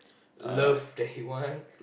love that he want